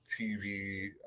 TV